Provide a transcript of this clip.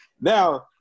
Now